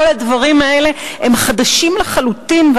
כל הדברים האלה הם חדשים לחלוטין,